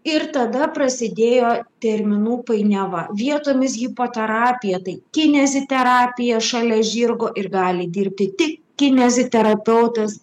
ir tada prasidėjo terminų painiava vietomis hipoterapija tai kineziterapija šalia žirgo ir gali dirbti tik kineziterapeutas